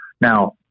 Now